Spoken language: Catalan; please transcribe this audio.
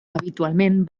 habitualment